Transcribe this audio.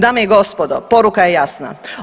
Dame i gospodo, poruka je jasna.